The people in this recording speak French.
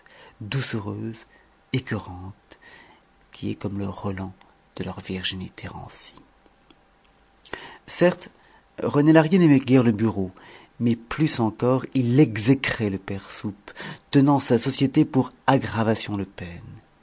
doucereuse écœurante qui est comme le relent de leurs virginités rancies certes rené lahrier n'aimait guère le bureau mais plus encore il exécrait le père soupe tenant sa société pour aggravation de peine